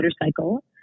motorcycle